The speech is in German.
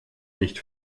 nicht